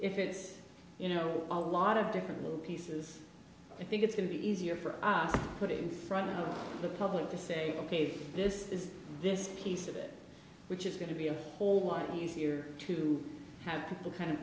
if it's you know a lot of different little pieces i think it's going to be easier for us to put it in front of the public to say ok this is this piece of it which is going to be a whole lot easier to have the kind of